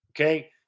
okay